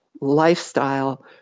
lifestyle